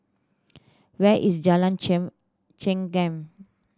where is Jalan Chengam